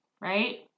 right